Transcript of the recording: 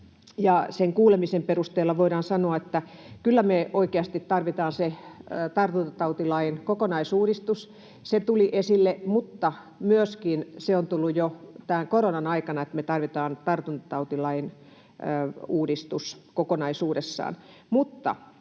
Sen kuulemisen perusteella voidaan sanoa, että kyllä me oikeasti tarvitaan se tartuntatautilain kokonaisuudistus. Se tuli esille, mutta myöskin se on tullut esille jo koronan aikana, että me tarvitaan tartuntatautilain uudistus kokonaisuudessaan.